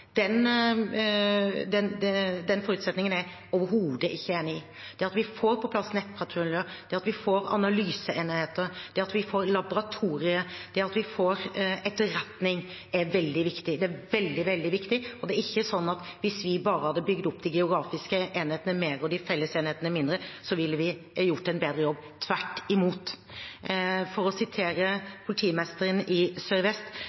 Den forutsetningen er jeg overhodet ikke enig i. Det at vi får på plass nettpatruljer, analyseenheter, laboratorier og etterretning er veldig, veldig viktig. Det er ikke sånn at hvis vi bare hadde bygd opp de geografiske enhetene mer og gjort fellesenhetene mindre, ville vi gjort en bedre jobb – tvert imot. For å sitere politimesteren i